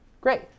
great